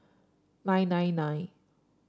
nine nine nine